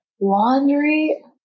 laundry